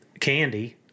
Candy